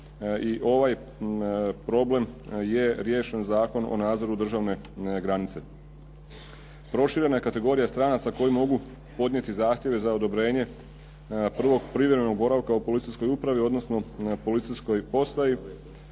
ovaj problem je riješen Zakon o nadzoru državne granice. Proširena je kategorija stranaca koji mogu podnijeti zahtjeve za odobrenje prvog privremenog boravka u policijskoj upravi odnosno policijskoj postaji.